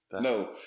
No